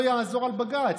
לא יעזור בבג"ץ,